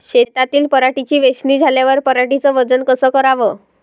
शेतातील पराटीची वेचनी झाल्यावर पराटीचं वजन कस कराव?